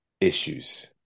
issues